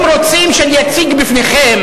הם רוצים שאני אציג בפניכם,